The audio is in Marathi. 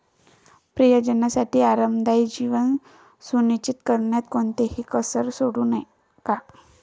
प्रियजनांसाठी आरामदायी जीवन सुनिश्चित करण्यात कोणतीही कसर सोडू नका